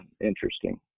interesting